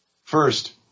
First